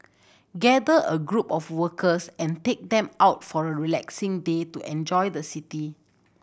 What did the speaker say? gather a group of workers and take them out for a relaxing day to enjoy the city